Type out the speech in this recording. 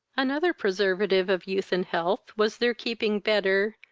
another preservative of youth and health was their keeping better,